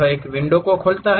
यह एक विंडो खोलता है